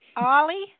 Ollie